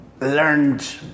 learned